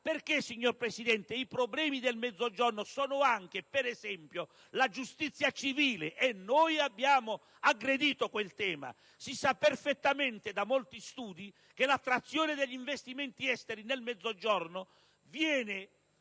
perché signor Presidente, i problemi del Mezzogiorno sono anche, ad esempio, la giustizia civile. E noi abbiamo aggredito quel tema: si sa perfettamente, da molti studi, che l'attrazione degli investimenti esteri nel Mezzogiorno viene